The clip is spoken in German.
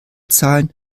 zahlen